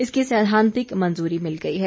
इसकी सैद्वांतिक मंजूरी मिल गई है